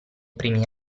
primi